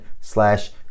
slash